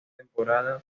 temporada